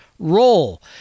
Role